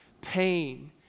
Pain